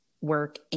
work